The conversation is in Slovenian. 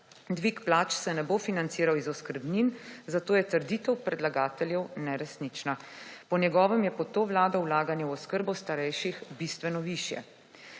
Dvig plač se ne bo financiral iz oskrbnin, zato je trditev predlagateljev neresnična. Po njegovem je pod to vlado vlaganje v oskrbo starejših bistveno višja.